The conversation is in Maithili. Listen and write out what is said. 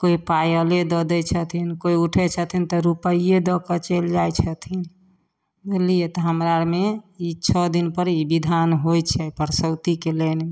कोइ पायले दऽ दै छथिन कोइ उठै छथिन तऽ रुपैए दऽके चलि जाइ छथिन बुझलिए तऽ हमरा आरमे ई छओ दिनपर ई विधान होइ छै परसौतीके लेल